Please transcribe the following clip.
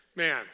Man